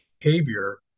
behavior